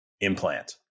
implant